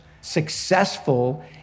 successful